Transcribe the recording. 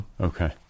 Okay